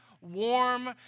warm